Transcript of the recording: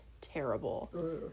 terrible